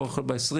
לא ב-20,